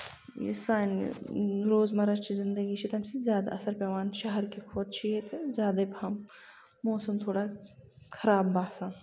یُس سانہِ روز مَراچہِ زِندگی چھ تَمہِ سۭتۍ زیادٕ اَثر پٮ۪وان شہر کہِ کھۄتہٕ چھُ ییٚتہِ زیادَے پَہَم موسَم ٹھوڑا خراب باسان